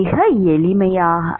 மிக எளிதாக